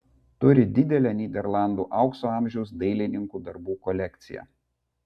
turi didelę nyderlandų aukso amžiaus dailininkų darbų kolekciją